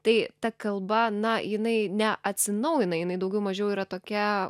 tai ta kalba na jinai neatsinaujina jinai daugiau mažiau yra tokia